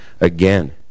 again